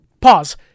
pause